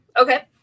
Okay